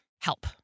help